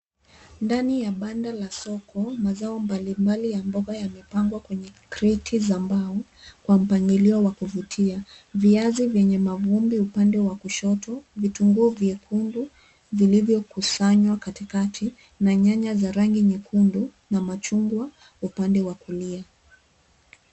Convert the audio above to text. Ndani ya banda la soko, mazao mbalimbali ya mboga yamepangwa kwenye kreti za mbao kwa mpangilio wa kuvutia. Viazi vyenye mavumbi upande ya kushoto, vitunguu vyekundu vilivyokusanywa katikati na nyanya za rangi nyekundu na machungwa upande wa kulia.